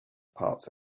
parts